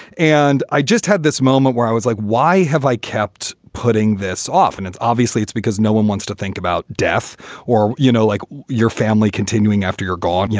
and i just had this moment where i was like, why have i kept putting this off? and it's obviously it's because no one wants to think about death or, you know, like your family continuing after your god. you know,